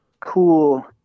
cool